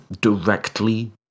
directly